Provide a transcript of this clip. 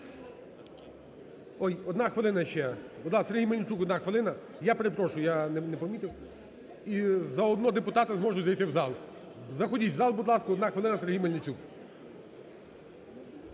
одна хвилина ще, Сергій Мельничук, одна хвилина, я перепрошую, я не помітив. І, за одно, депутати зможуть зайти в зал. Заходіть в зал, будь ласка, одна хвилина, Сергій Мельничук.